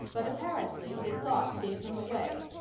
but apparently, his thoughts gave him away.